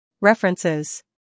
References